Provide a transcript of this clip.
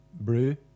brew